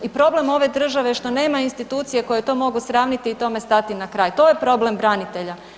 I problem ove države je što nema institucije koje to mogu sravniti i tome stati na kraj, to je problem branitelja.